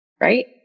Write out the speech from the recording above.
right